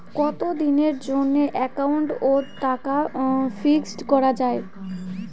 কতদিনের জন্যে একাউন্ট ওত টাকা ফিক্সড করা যায়?